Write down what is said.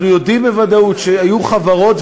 אנחנו יודעים בוודאות שהיו חברות,